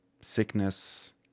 Sickness